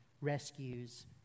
rescues